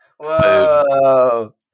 Whoa